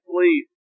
please